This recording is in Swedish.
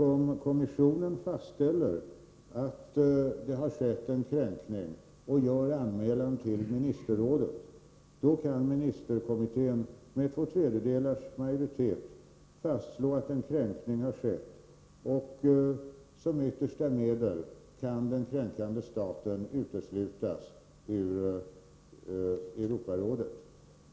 Om kommissionen fastställer att det har skett en kränkning och gör anmälan till ministerrådet, då kan ministerkommittén med två tredjedels majoritet fastslå att en kränkning har skett, och som yttersta medel kan den kränkande staten uteslutas ur Europarådet.